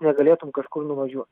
negalėtum kažkur nuvažiuo